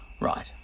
Right